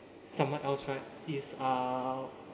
someone else right is uh